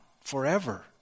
forever